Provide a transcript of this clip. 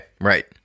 right